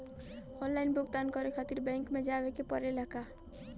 Online भुगतान करे के खातिर बैंक मे जवे के पड़ेला का?